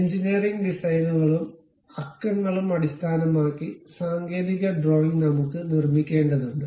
engineering ഡിസൈനുകളും അക്കങ്ങളും അടിസ്ഥാനമാക്കി സാങ്കേതിക ഡ്രോയിംഗ് നമുക്ക് നിർമ്മിക്കേണ്ടതുണ്ട്